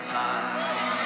time